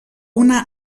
una